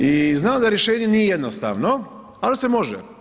I znam da rješenje nije jednostavno, al' se može.